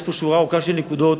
יש פה שורה ארוכה של נקודות